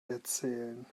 erzählen